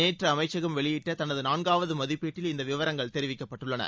நேற்று அமைச்சகம் வெளியிட்ட தனது நான்காவது மதிப்பீட்டில் இந்த விவரங்கள் தெரிவிக்கப்பட்டுள்ளன